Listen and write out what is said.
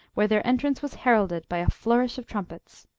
where their entrance was heralded by a flourish of trumpets.